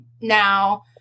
now